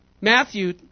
Matthew